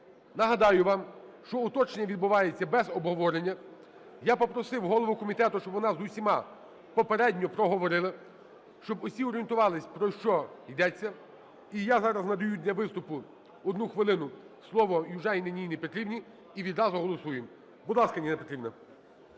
Нагадаю вам, що уточнення відбувається без обговорення. Я попросив голову комітету, щоб вона з усіма попередньо проговорили, щоб усі орієнтувались, про що йдеться. І я зараз надаю для виступу одну хвилину, слово Южаніній Ніні Петрівні. І відразу голосуємо. Будь ласка, Ніна Петрівна.